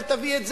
אל תביא את זה,